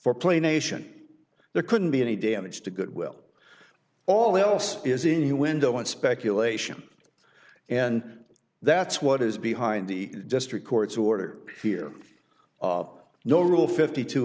for play nation there couldn't be any damage to goodwill all else is innuendo and speculation and that's what is behind the district court's order here of no rule fifty two